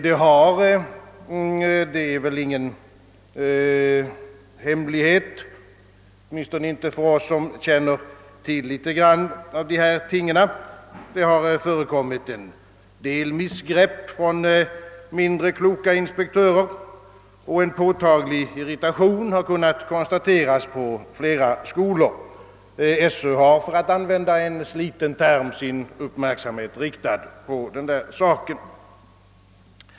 Det har — det är väl ingen hemlighet, åtminstone inte för oss som känner till litet grand om dessa frågor — förekommit en del missgrepp från mindre kloka inspektörer och en påtaglig irritation har kunnat konstateras vid flera skolor. Skolöverstyrelsen har, för att använda en sliten fras, sin uppmärksamhet riktad på den saken.